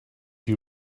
you